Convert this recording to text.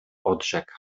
odrzekł